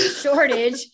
shortage